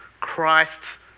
Christ